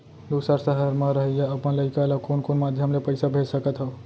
दूसर सहर म रहइया अपन लइका ला कोन कोन माधयम ले पइसा भेज सकत हव?